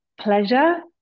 pleasure